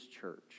church